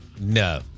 no